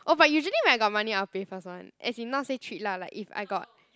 oh but usually when I got money I will pay first one as in not say treat lah like if I got